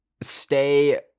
stay